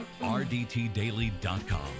rdtdaily.com